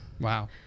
Wow